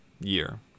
year